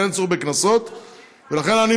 אני אוסר גם על הכניסה שלך לישראל